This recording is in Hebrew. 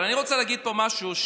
אבל אני רוצה להגיד פה משהו.